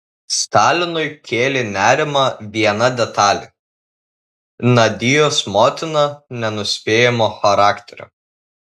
stalinui kėlė nerimą viena detalė nadios motina nenuspėjamo charakterio